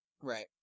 right